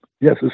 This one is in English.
yes